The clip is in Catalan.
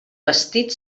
vestit